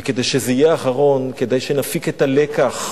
וכדי שזה יהיה אחרון, כדאי שנפיק את הלקח,